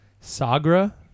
Sagra